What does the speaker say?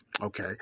Okay